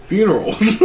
Funerals